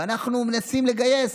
ואנחנו מנסים לגייס.